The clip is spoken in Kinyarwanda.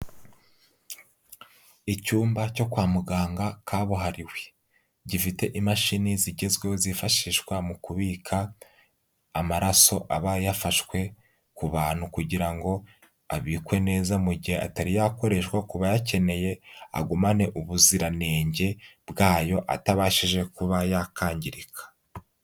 Icyumba cyo kwa muganga kabuhariwe, gifite imashini zigezweho zifashishwa mu kubika amaraso aba yafashwe ku bantu kugira ngo abikwe neza mu gihe atari yakoreshwa ku bayakeneye agumane ubuziranenge bwayo atabashije kuba yakangirika.